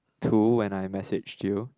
two and I messaged you